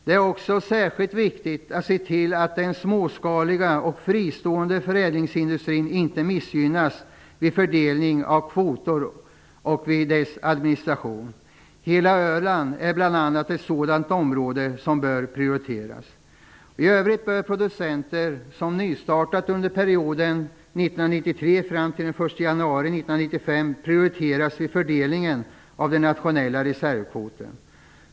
Det är också särskilt viktigt att se till att den småskaliga och fristående förädlingsindustrin inte missgynnas vid fördelning av kvoter och vid dess administration. Hela Öland är ett sådant område som bör prioriteras. I övrigt bör producenter som nystartat under perioden 1993 fram till den 1 januari 1995 prioriteras vid fördelningen av den nationella reservkvoten.